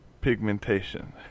pigmentation